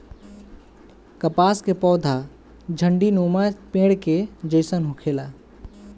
कपास के पौधा झण्डीनुमा पेड़ के जइसन होखेला